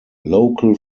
local